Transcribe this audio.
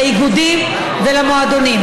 לאיגודים ולמועדונים.